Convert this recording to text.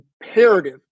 imperative